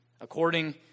according